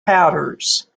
hatters